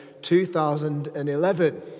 2011